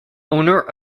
owner